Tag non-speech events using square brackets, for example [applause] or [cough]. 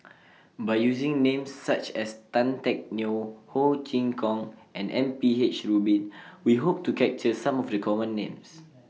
[noise] By using Names such as Tan Teck Neo Ho Chee Kong and M P H Rubin We Hope to capture Some of The Common Names